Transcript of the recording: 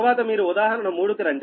తర్వాత మీరు ఉదాహరణ 3 కి రండి